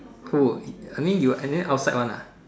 who I mean you anyway outside one ah